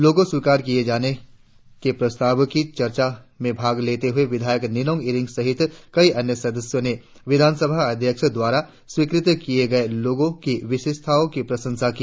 लोगो स्वीकार किये जाने के प्रस्ताव की चर्चा में भाग लेते हुए विधायक निनोंग ईरिंग सहित कई अन्य सदस्यों ने विधानसभा अध्यक्ष द्वारा स्वीकृत किये गए लोगों की विशेषताओं की प्रशंसा की